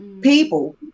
people